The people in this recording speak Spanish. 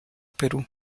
perú